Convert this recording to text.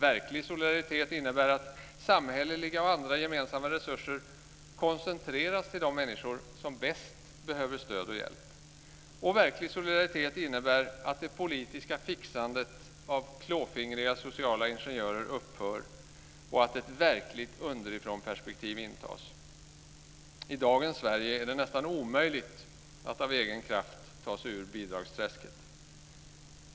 Verklig solidaritet innebär att samhälleliga och andra gemensamma resurser koncentreras till de människor som bäst behöver stöd och hjälp. Verklig solidaritet innebär att det politiska fixandet av klåfingriga sociala ingenjörer upphör och att ett verkligt underifrånperspektiv intas. I dagens Sverige är det nästan omöjligt att av egen kraft ta sig ur bidragsträsket.